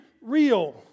real